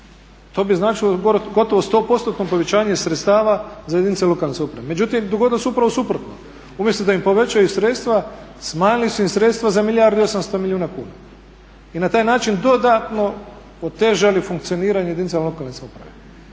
To bi značilo gotovo stopostotno povećanje sredstava za jedinice lokalne samouprave. Međutim dogodilo se upravo suprotno. Umjesto da im povećaju sredstva smanjili su im sredstva za milijardu i 800 milijuna kuna i na taj način dodatno otežali funkcioniranje jedinica lokalne samouprave.